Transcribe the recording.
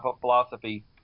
philosophy